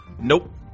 Nope